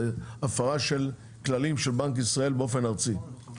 זו הפרה של כללים של בנק ישראל באופן ארצי.